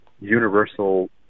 universal